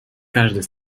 каждый